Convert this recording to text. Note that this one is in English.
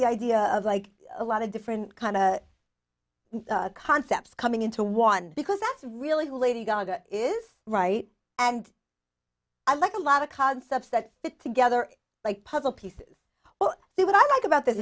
the idea of like a lot of different kind of concepts coming into one because that's really who lady gaga is right and i like a lot of concepts that fit together like puzzle pieces well what i like about th